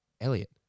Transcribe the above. Elliot